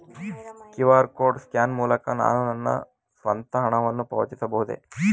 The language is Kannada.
ಕ್ಯೂ.ಆರ್ ಕೋಡ್ ಸ್ಕ್ಯಾನ್ ಮೂಲಕ ನಾನು ನನ್ನ ಸ್ವಂತ ಹಣವನ್ನು ಪಾವತಿಸಬಹುದೇ?